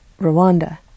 Rwanda